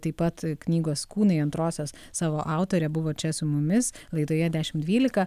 taip pat knygos kūnai antrosios savo autorė buvo čia su mumis laidoje dešimt dvylika